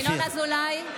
(קוראת בשמות חברי הכנסת) ינון אזולאי,